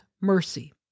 mercy